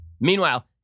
Meanwhile